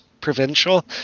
provincial